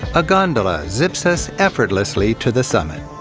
a gondola zips us effortlessly to the summit.